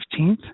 15th